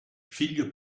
figlio